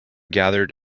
gathered